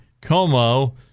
como